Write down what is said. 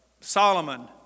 Solomon